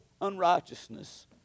unrighteousness